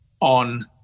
on